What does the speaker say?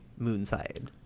Moonside